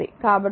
కాబట్టి p v i